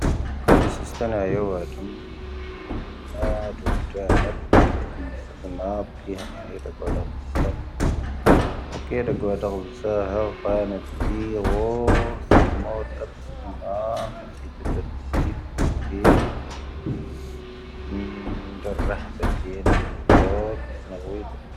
ⴽoⴷⵉ ⵙⵓⵙⵜⴰⵏⴰ ⵢⴰⵡⴰⴷ ⵎⵎⴰⴰⴷ ⵡⴰⴱ ⴷⵊⴰⵏⴻ ⵜⵉⵢⵢ ⵙⴳⵎⴰⴰⴷ ⵜⵉⵢⵢ ⵀⴰⵏⵢⴰⵏ ⵢⴰⴷⴰⴳⵡⴰⴰⴷ ⴰⵍ ⵜⵉⵙⴰⴰⴷ. ⴰⴽⴰⴷⴰⴳⵡⴰⴰⴷ ⴰⵍ ⵜⵉⵙⴰⴰⴷ ⵀⴰⵏⵢⴰⵏ ⵜⵉⵢⵢ ⴳⵀoⵔ ⵙⴰⵎo ⵙⴰⴷ ⵙⵉⴳⵎⴰⴰⴷ. ⵜⵉⵢⵢ ⵜⵉⵢⵢ ⵜⵉⵢⵢ ⵜⵉⵢⵢ ⵜⵉⵢⵢ ⵜⵉⵢⵢ ⵜⵉⵢⵢ ⵏⵏⴷⴰⵔ ⵔⴰⵀⴱⵉⵢ ⵜⵉⵢⵢ ⵏⵏⴷⴰⵔ ⵏⴳⴰⵡⴻⵢ ⵜⵉⵢⵢ.